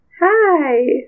Hi